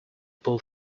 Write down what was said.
pull